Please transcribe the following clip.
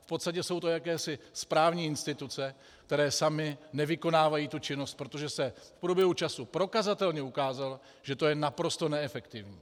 V podstatě jsou to jakési správní instituce, které samy nevykonávají činnost, protože se v průběhu času prokazatelně ukázalo, že to je naprosto neefektivní.